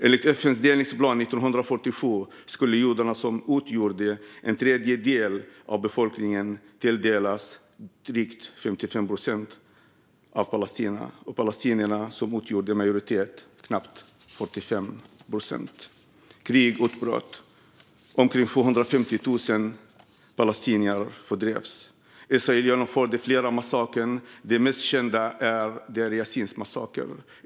Enligt FN:s delningsplan 1947 skulle judarna, som utgjorde en tredjedel av befolkningen, tilldelas drygt 55 procent av Palestina och palestinierna, som utgjorde majoritet, knappt 45 procent. Krig utbröt. Omkring 750 000 palestinier fördrevs. Israel genomförde flera massakrer; den mest kända är Deir Yassin-massakern.